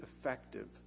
effective